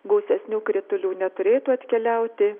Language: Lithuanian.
gausesnių kritulių neturėtų atkeliauti